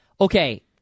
Okay